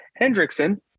Hendrickson